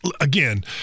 again